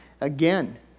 Again